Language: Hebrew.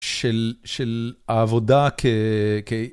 של העבודה כ